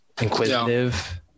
inquisitive